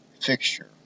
fixture